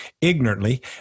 ignorantly